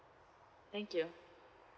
thank you